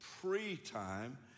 pre-time